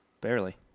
Barely